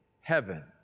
heaven